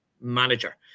manager